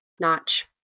notch